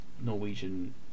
Norwegian